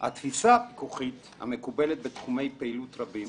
משכך הוקמו החומות: אל"ף,